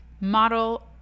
model